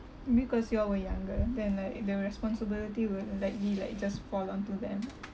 because you all were younger then like the responsibility will like be like just fall onto them